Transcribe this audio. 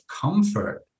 comfort